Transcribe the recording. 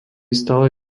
stále